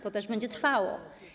To też będzie trwało.